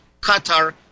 Qatar